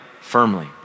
firmly